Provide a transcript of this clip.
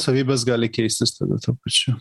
savybės gali keistis tada tuo pačiu